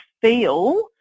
feel